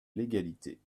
l’égalité